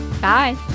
Bye